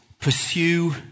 pursue